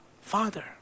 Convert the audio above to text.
Father